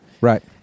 Right